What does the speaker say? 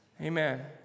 Amen